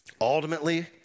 ultimately